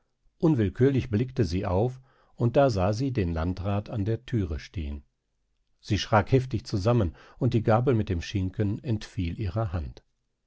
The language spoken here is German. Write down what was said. unwillkürlich blickte sie auf und da sah sie den landrat an der thüre stehen sie schrak heftig zusammen und die gabel mit dem schinken entfiel ihrer hand